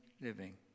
living